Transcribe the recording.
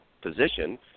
position